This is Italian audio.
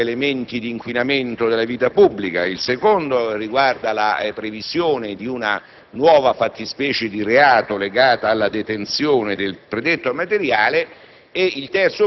e di altri elementi di inquinamento della vita pubblica; il secondo riguarda la previsione di una nuova fattispecie di reato, legata alla detenzione del predetto materiale;